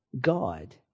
God